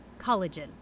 collagen